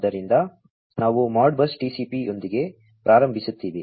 ಆದ್ದರಿಂದ ನಾವು ModBus TCP ಯೊಂದಿಗೆ ಪ್ರಾರಂಭಿಸುತ್ತೇವೆ